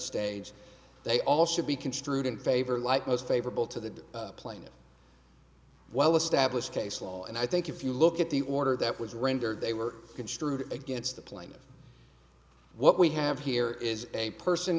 stage they all should be construed in favor light most favorable to the plaintiff well established case law and i think if you look at the order that was rendered they were construed against the plaintiff what we have here is a person